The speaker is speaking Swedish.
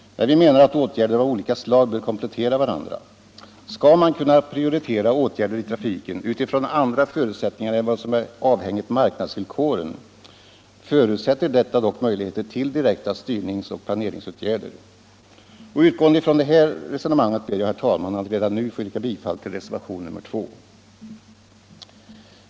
Men vi menar att åtgärder av olika slag bör komplettera varandra. Skall man kunna prioritera åtgärder i trafiken utifrån andra förutsättningar än vad som är avhängigt marknadsvillkoren, förutsätter detta dock möjligheter till direkta styrningsoch planeringsåtgärder. Utgående ifrån mitt förda resonemang ber jag, herr talman, att redan nu få yrka bifall till reservationen 2.